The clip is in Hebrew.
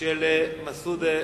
של חבר הכנסת מסעוד גנאים,